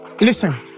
listen